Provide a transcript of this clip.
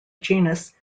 genus